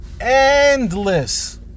endless